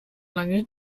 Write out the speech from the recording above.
lange